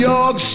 York